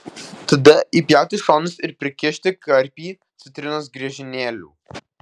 tada įpjauti šonus ir prikišti karpį citrinos griežinėlių